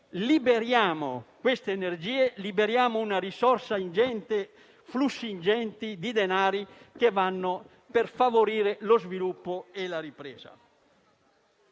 liberiamo queste energie, mettiamo in campo risorse e flussi ingenti di denari che vanno a favorire lo sviluppo e la ripresa.